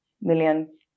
million